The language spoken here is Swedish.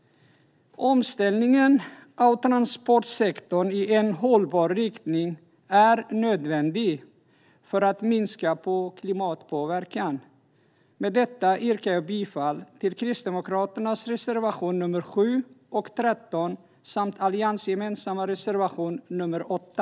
Omställningen av transportsektorn i en hållbar riktning är nödvändig för att minska klimatpåverkan. Jag yrkar bifall till Kristdemokraternas reservationer nr 7 och nr 13 samt den alliansgemensamma reservationen nr 8.